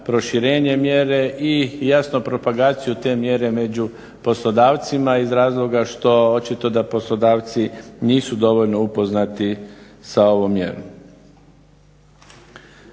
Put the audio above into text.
proširenje mjere i jasno propagaciju te mjere među poslodavcima iz razloga što očito da poslodavci nisu dovoljno upoznati sa ovom mjerom.